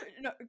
No